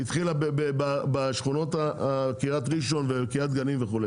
התחילה בשכונות קרית ראשון וקרית גנים וכו'.